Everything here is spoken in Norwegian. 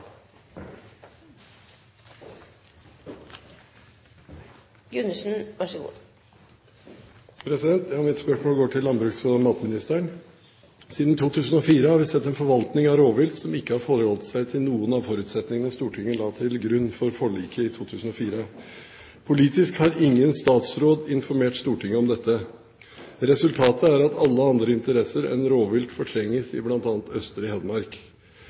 2004 har vi sett en forvaltning av rovvilt som ikke har forholdt seg til noen av forutsetningene Stortinget la til grunn for forliket. Politisk har ingen statsråd informert Stortinget om dette. Resultatet er at alle andre interesser enn rovvilt fortrenges i bl.a. Østre Hedmark.